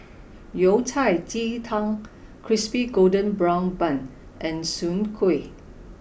Yao Cai Ji Tang Crispy Golden Brown Bun and Soon Kuih